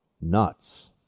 nuts